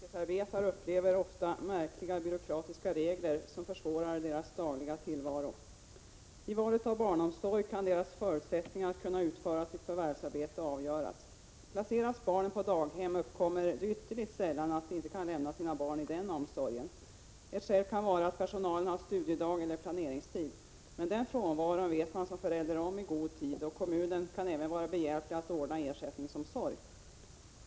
Herr talman! Småbarnsföräldrar som yrkesarbetar upplever ofta märkliga byråkratiska regler som försvårar deras dagliga tillvaro. I valet av barnomsorg kan deras förutsättningar att kunna utföra sitt förvärvsarbete avgöras. Placeras barnen på daghem uppkommer det ytterligt sällan att de inte kan lämna sina barn i den omsorgen. Ett skäl kan vara att personalen har studiedag eller planeringstid. Men den frånvaron vet man som förälder om i god tid, och kommunen kan även vara behjälplig att ordna ersättningsomsorg.